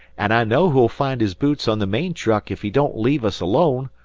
and i know who'll find his boots on the main-truck ef he don't leave us alone.